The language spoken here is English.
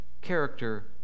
character